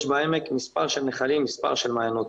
יש בעמק מספר נחלים ומספר מעיינות.